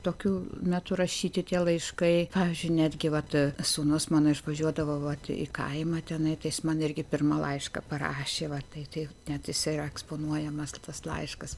tokiu metu rašyti tie laiškai pavyzdžiui netgi vat sūnus mano išvažiuodavo vat į kaimą tenai tai jis man irgi pirmą laišką parašė va tai tai net jisai yra eksponuojamas tas laiškas